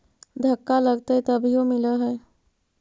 धक्का लगतय तभीयो मिल है?